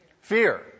fear